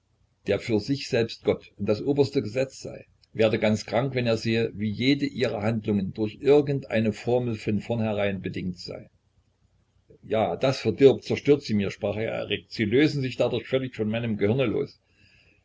der für sich selbst gott und das oberste gesetz sei werde ganz krank wenn er sehe wie jede ihrer handlungen durch irgend eine formel von vornherein bedingt sei ja das verdirbt zerstört sie mir sprach er erregt sie lösen sich dadurch völlig von meinem gehirne los